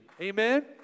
Amen